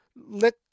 let